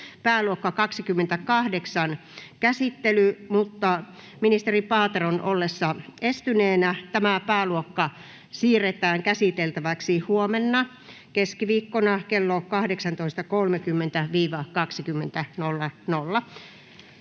pääluokan 28 käsittely, mutta ministeri Paateron ollessa estyneenä tämä pääluokka siirretään käsiteltäväksi huomenna keskiviikkona kello 18.30—20.00.